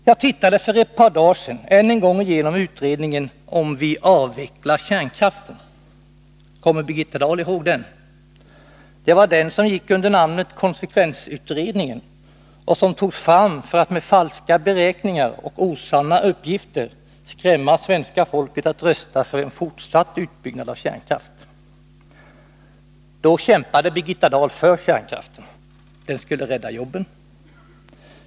Jag tittade för ett par dagar sedan än en gång igenom utredningen ”Om vi avvecklar kärnkraften”. Kommer Birgitta Dahl ihåg den? Det var den som gick under namnet konsekvensutredningen och som togs fram för att med falska beräkningar och osanna uppgifter skrämma svenska folket att rösta för en fortsatt utbyggnad av kärnkraften. Då kämpade Birgitta Dahl för kärnkraften. Den skulle rädda jobben.